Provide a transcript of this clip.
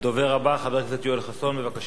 הדובר הבא, חבר הכנסת יואל חסון, בבקשה.